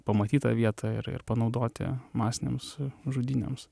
pamatyt tą vietą ir ir panaudoti masinėms žudynėms